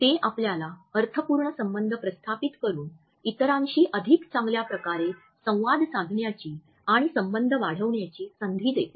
ते आपल्याला अर्थपूर्ण संबंध प्रस्थापित करुन इतरांशी अधिक चांगल्या प्रकारे संवाद साधण्याची आणि संबंध वाढवण्याची संधी देते